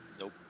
Nope